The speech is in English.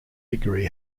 degree